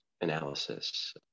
analysis